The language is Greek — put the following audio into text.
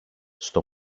στο